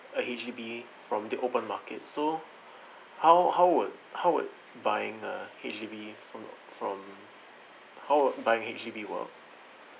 a H_D_B from the open market so how how would how would buying a H_D_B from from how would buying H_D_B will